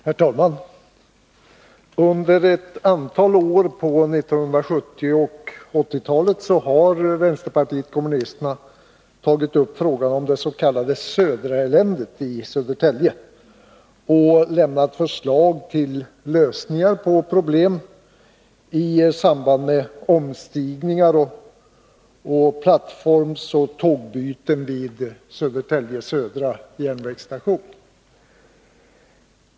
Herr talman! Under ett antal år på 1970 och 1980-talet har vänsterpartiet kommunisterna tagit upp frågan om det s.k. Södraeländet i Södertälje och lämnat förslag till lösningar på problem i samband med omstigningar och plattformsoch tågbyten vid Södertälje Södra järnvägsstation.